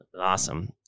awesome